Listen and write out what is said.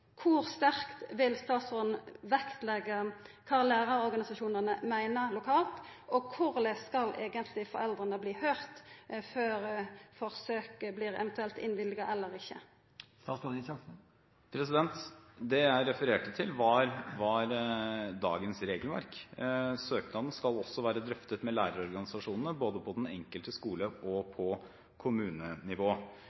Kor sterkt vil statsråden vektleggja kva lærarorganisasjonane meiner lokalt, og korleis skal eigentleg foreldra verta høyrde før forsøket eventuelt vert innvilga eller ikkje? Det jeg refererte til, var dagens regelverk. Søknaden skal også være drøftet med lærerorganisasjonene, både på den enkelte skole og